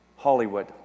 Hollywood